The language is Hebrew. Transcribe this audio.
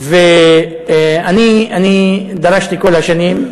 אני דרשתי כל השנים.